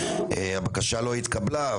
הבקשה לא התקבלה,